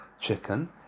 chicken